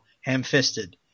ham-fisted